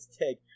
take